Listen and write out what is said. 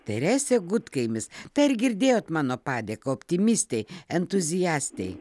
teresė gudkaimis tai ar girdėjot mano padėką optimistei entuziastei